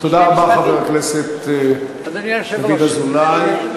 הכנסת דוד אזולאי.